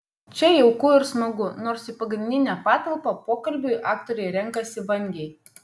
čia jauku ir smagu nors į pagrindinę patalpą pokalbiui aktoriai renkasi vangiai